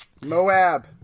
Moab